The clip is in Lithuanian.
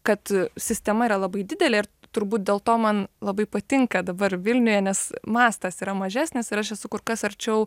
kad sistema yra labai didelė ir turbūt dėl to man labai patinka dabar vilniuje nes mastas yra mažesnis ir aš esu kur kas arčiau